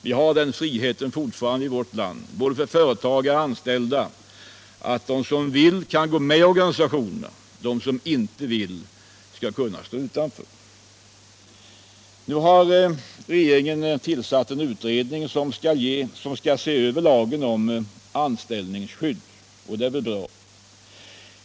Vi har ju i vårt land fortfarande den friheten för både företagare och anställda att den som vill kan gå med i en organisation, och den som inte vill skall kunna stå utanför. Nu har regeringen tillsatt en utredning som skall se över lagen om anställningsskydd, och det är nog bra.